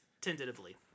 Tentatively